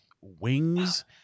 wings